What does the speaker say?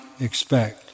expect